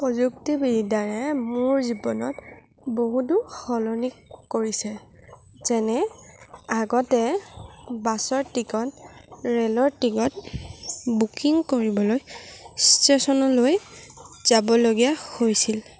প্ৰযুক্তি বিদ্য়ায়ে মোৰ জীৱনত বহুতো সলনি কৰিছে যেনে আগতে বাছৰ টিকট ৰেলৰ টিকট বুকিং কৰিবলৈ ষ্টেচনলৈ যাবলগীয়া হৈছিল